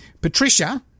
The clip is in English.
Patricia